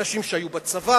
אנשים שהיו בצבא,